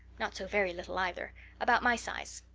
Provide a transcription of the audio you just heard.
not so very little either about my size.